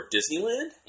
Disneyland